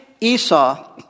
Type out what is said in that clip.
Esau